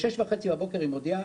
בשעה 6:30 בבוקר היא מודיעה